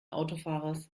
autofahrers